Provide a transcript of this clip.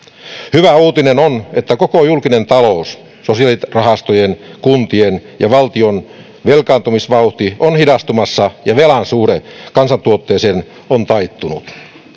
hyvä uutinen on että koko julkisen talouden sosiaalirahastojen kuntien ja valtion velkaantumisvauhti on hidastumassa ja velan suhde kansantuotteeseen on taittunut